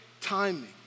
timing